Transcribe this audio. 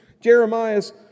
Jeremiah's